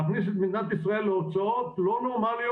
להכניס את מדינת ישראל להוצאות לא נורמליות